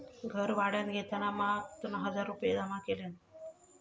घर भाड्यान घेताना महकना हजार रुपये जमा केल्यान